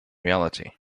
reality